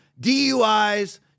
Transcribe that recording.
DUIs